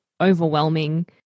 overwhelming